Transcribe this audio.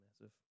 Massive